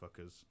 fuckers